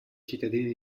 cittadina